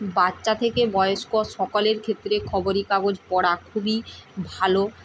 বাচ্চা থেকে বয়স্ক সকলের ক্ষেত্রে খবরে কাগজ পড়া খুবই ভালো